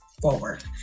forward